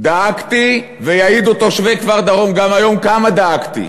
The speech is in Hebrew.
דאגתי, ויעידו תושבי כפר-דרום גם היום, כמה דאגתי.